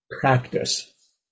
practice